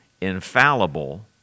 infallible